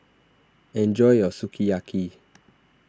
enjoy your Sukiyaki